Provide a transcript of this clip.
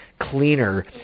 cleaner